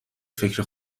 فکر